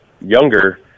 younger